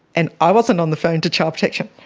and i wasn't on the phone to child protection.